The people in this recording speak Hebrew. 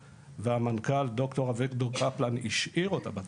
והמנכ"ל ד"ר אביגדור קפלן השאיר אותה בתפקיד,